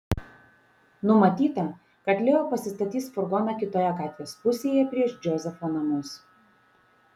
numatyta kad leo pasistatys furgoną kitoje gatvės pusėje prieš džozefo namus